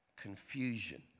confusion